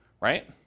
right